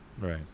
Right